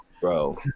Bro